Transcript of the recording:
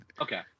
Okay